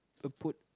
a put